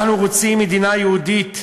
אנחנו רוצים מדינה יהודית,